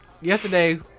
yesterday